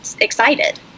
excited